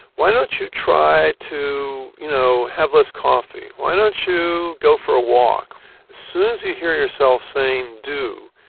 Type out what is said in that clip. why don't you try to you know have less coffee? why don't you go for a walk? as soon as you hear yourself saying do,